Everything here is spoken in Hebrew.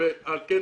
ולכן